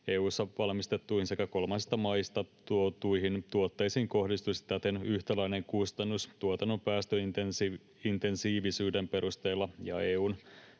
EU:ssa valmistettuihin sekä kolmansista maista tuotuihin tuotteisiin kohdistuisi täten yhtäläinen kustannus tuotannon päästöintensiivisyyden perusteella ja EU:n